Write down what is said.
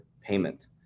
payment